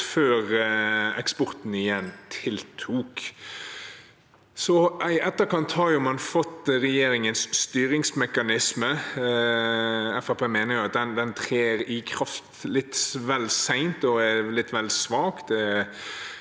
før eksporten igjen tiltok. I etterkant har man fått regjeringens styringsmekanisme. Fremskrittspartiet mener at den trer i kraft litt vel sent og er litt vel svak